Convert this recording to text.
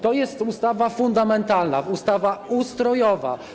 To jest ustawa fundamentalna, ustawa ustrojowa.